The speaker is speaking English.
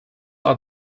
are